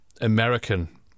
American